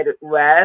West